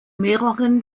mehreren